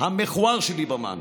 המכוער של ליברמן.